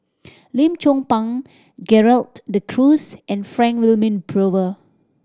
Lim Chong Pang Gerald De Cruz and Frank Wilmin Brewer